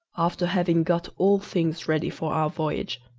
after having got all things ready for our voyage.